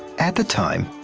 at the time,